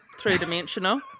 three-dimensional